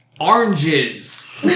oranges